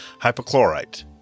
hypochlorite